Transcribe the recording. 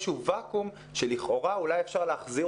נוצר פה איזשהו ואקום שלכאורה אולי אפשר היה להחזיר